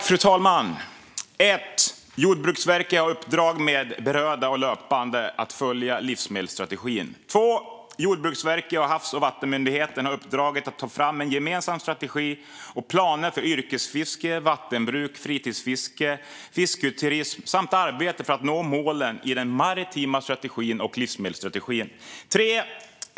Fru talman! Jordbruksverket har i uppdrag att i samråd med berörda myndigheter löpande följa genomförandet av livsmedelsstrategin. Jordbruksverket och Havs och vattenmyndigheten har uppdraget att ta fram en gemensam strategi och planer för yrkesfiske, vattenbruk, fritidsfiske, fisketurism samt arbete för att nå målen i den maritima strategin och livsmedelsstrategin.